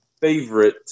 favorite